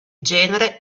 genere